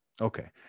okay